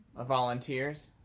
volunteers